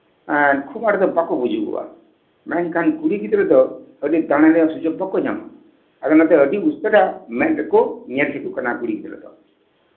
ᱠᱷᱩᱵ ᱟᱸᱴ ᱫᱚ ᱵᱟᱠᱚ ᱵᱩᱡᱩᱜᱚᱜᱼᱟ ᱢᱮᱱᱠᱷᱟᱱ ᱠᱩᱲᱤ ᱜᱤᱫᱽᱨᱟᱹ ᱫᱚ ᱟᱸᱰᱤ ᱫᱟᱬᱟᱱ ᱨᱮᱭᱟᱜ ᱥᱩᱡᱳᱜ ᱵᱟᱠᱚ ᱧᱟᱢᱟ ᱟᱫᱚ ᱚᱱᱟᱛᱮ ᱟᱹᱰᱤ ᱩᱥᱟᱹᱨᱟ ᱢᱮᱫ ᱨᱮᱠᱚ ᱧᱮᱞ ᱴᱷᱤᱠᱚᱜ ᱠᱟᱱᱟ ᱠᱩᱲᱤ ᱜᱤᱫᱽᱨᱟᱹ ᱫᱚ